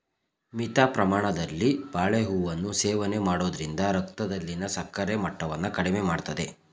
ಮಿತ ಪ್ರಮಾಣದಲ್ಲಿ ಬಾಳೆಹೂವನ್ನು ಸೇವನೆ ಮಾಡೋದ್ರಿಂದ ರಕ್ತದಲ್ಲಿನ ಸಕ್ಕರೆ ಮಟ್ಟವನ್ನ ಕಡಿಮೆ ಮಾಡ್ತದೆ